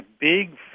big